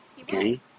okay